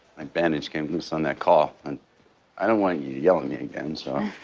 my bandage came loose on that call, and i don't want you to yell at me again, so.